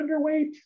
underweight